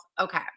okay